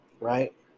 right